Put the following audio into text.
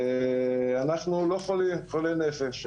ואנחנו לא חולי נפש.